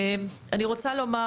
לסיום, אני רוצה לומר